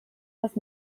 das